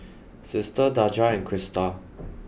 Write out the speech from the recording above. sister Daja and Crista